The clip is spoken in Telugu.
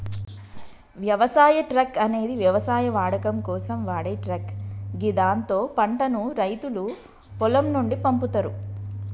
వ్యవసాయ ట్రక్ అనేది వ్యవసాయ వాడకం కోసం వాడే ట్రక్ గిదాంతో పంటను రైతులు పొలం నుండి పంపుతరు